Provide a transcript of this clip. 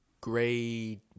grade